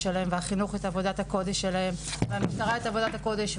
שלהם והחינוך את עבודת הקודש שלהם והמשטרה את עבודת הקודש,